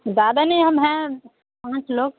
زیادہ نہیں ہم ہیں پانچ لوگ